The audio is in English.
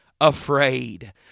afraid